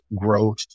growth